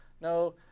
no